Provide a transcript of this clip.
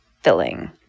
filling